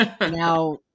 Now